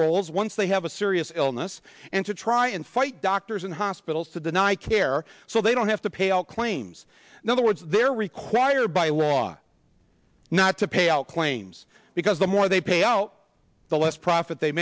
rolls once they have a serious illness and to try and fight doctors and hospitals to deny care so they don't have to pay all claims in other words they're required by law not to pay out claims because the more they pay out the less profit they